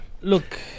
look